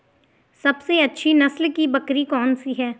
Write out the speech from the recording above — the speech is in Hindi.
सबसे अच्छी नस्ल की बकरी कौन सी है?